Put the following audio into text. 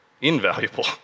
invaluable